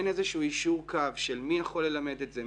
אין איזשהו יישור קו של מי יכול ללמד את זה,